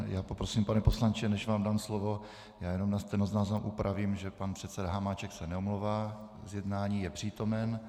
Já poprosím, pane poslanče, než vám dám slovo, jenom na stenozáznam upravím, že pan předseda Hamáček se neomlouvá z jednání, je přítomen.